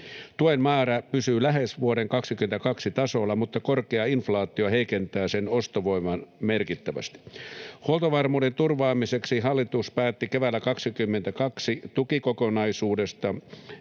Tuen määrä pysyy lähes vuoden 22 tasolla, mutta korkea inflaatio heikentää sen ostovoimaa merkittävästi. Huoltovarmuuden turvaamiseksi hallitus päätti keväällä 22 tukikokonaisuudesta,